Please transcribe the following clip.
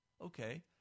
Okay